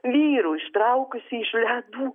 vyrų ištraukusi iš ledų